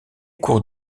cours